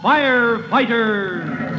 Firefighters